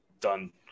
done